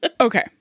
Okay